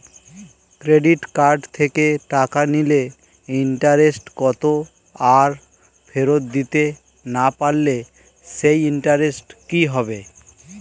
Credit card থেকে টাকা নিলে ইন্টারেস্ট কত আর ফেরত দিতে না পারলে সেই ইন্টারেস্ট কি হবে?